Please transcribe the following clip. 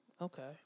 Okay